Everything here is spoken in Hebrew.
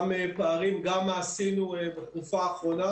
גם פערים, גם מה עשינו בתקופה האחרונה